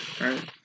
right